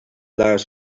allows